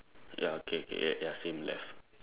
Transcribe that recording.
ya okay okay ya ya same left